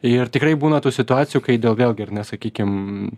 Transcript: ir tikrai būna tų situacijų kai dėl vėlgi ar ne sakykim